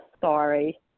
sorry